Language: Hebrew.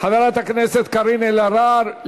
חברת הכנסת קארין אלהרר,